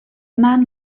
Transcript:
man